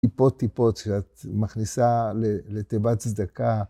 טיפות טיפות שמכניסה לתיבת צדקה.